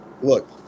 look